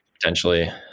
potentially